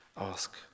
ask